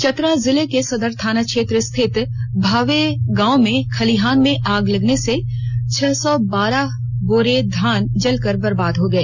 चतरा जिले के सदर थाना क्षेत्र रिथत भावे गांव में खलिहान में आग लगने से छह सौ बारह बोरा धान जलकर बर्बाद हो गई